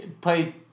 play